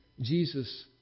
Jesus